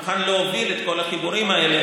מוכן להוביל את כל החיבורים האלה.